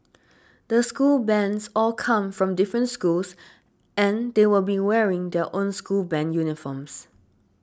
the school bands all come from different schools and they will be wearing their own school band uniforms